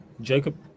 Jacob